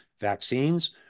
vaccines